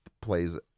plays